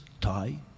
tie